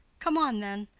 come on then,